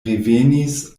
revenis